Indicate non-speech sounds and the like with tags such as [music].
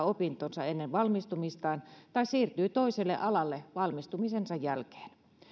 [unintelligible] opintonsa ennen valmistumistaan tai siirtyy toiselle alalle valmistumisensa jälkeen